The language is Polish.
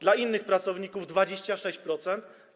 Dla innych pracowników - 26%.